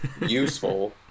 useful